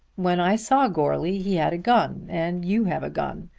when i saw goarly he had a gun, and you have a gun.